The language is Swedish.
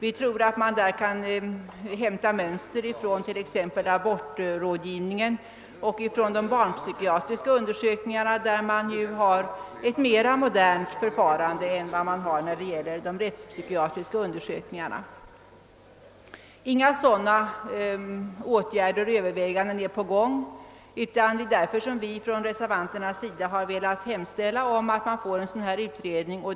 Vi tror att man därvidlag kan hämta mönster ifrån t.ex. abortrådgivningen och ifrån de barnpsykiatriska undersökningarna där man har ett mer modernt förfarande än i fråga om de rättspsykiatriska undersökningarna. Inga sådana åtgärder övervägs för närvarande, och det är därför som vi från reservanternas sida har velat hemställa om att man får en sådan här utredning.